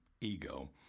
ego